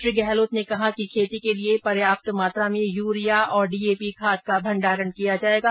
श्री गहलोत ने कहा कि खेती के लिये पर्याप्त मात्रा में यूरिया और डीएपी खाद का भण्डारण किया जायेगा